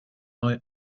neu